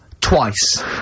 twice